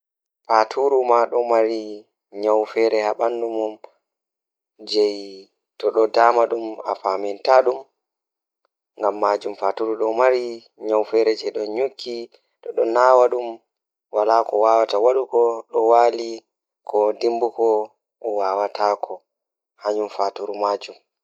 No aheftirta zaane ɗon woodi E nder waawde e art, ɓuri ko waɗde no anndon e yaajol. Ko ɗum waawi heɓugol sabu, ngoodi e konngol, e teddungal kaɗi waɗde e kadi yawre. Fii art ko ƴettude, no wondi ɗum tawde, e jeyɗi hay goonga e yimɓe.